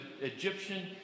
Egyptian